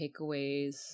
takeaways